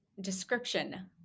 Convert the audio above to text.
description